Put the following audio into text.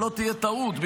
שלא תהיה טעות,